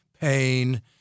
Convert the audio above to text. pain